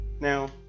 Now